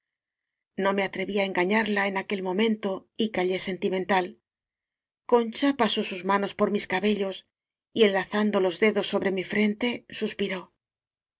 no me atreví á engañarla en aquel mo mento y callé sentimental concha pasó sus manos por mis cabellos y enlazando los dedos sobre mi frente